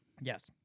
Yes